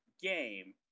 game